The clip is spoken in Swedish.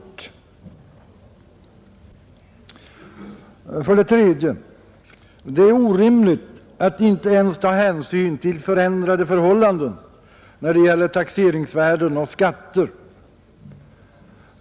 Det är för det tredje orimligt att inte ens ta hänsyn till förändrade förhållanden när det gäller taxeringsvärden och skatt.